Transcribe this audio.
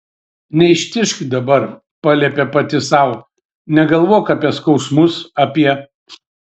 neištižk dabar paliepė pati sau negalvok apie skausmus apie